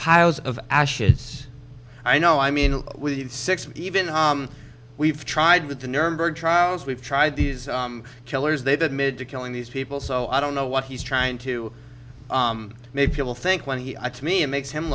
piles of ashes i know i mean six even though we've tried with the nuremberg trials we've tried these killers they've admitted to killing these people so i don't know what he's trying to make people think when he i to me it makes him